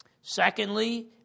secondly